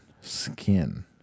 Skin